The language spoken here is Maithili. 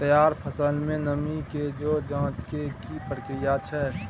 तैयार फसल में नमी के ज जॉंच के की प्रक्रिया छै?